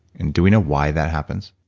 and do we know why that happens?